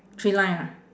three line ah